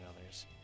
others